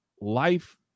life